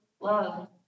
love